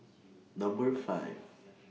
Number five